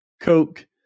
Coke